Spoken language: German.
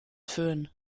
föhn